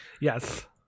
Yes